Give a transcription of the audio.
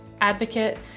advocate